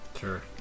Sure